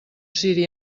ciri